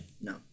No